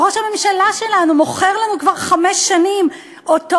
ראש הממשלה שלנו מוכר לנו כבר חמש שנים אותו